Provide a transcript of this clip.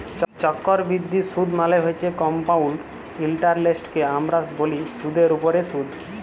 চক্করবিদ্ধি সুদ মালে হছে কমপাউল্ড ইলটারেস্টকে আমরা ব্যলি সুদের উপরে সুদ